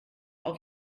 auf